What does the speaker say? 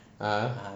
(uh huh)